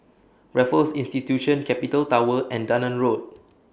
Raffles Institution Capital Tower and Dunearn Road